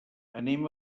anem